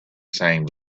same